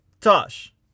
Tosh